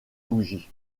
bougies